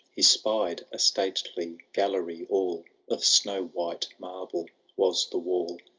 he spied a stately gallery all of snow-white marble was the wall.